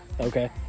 okay